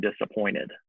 disappointed